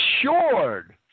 assured